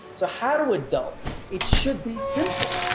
so how to adult? it should be simple.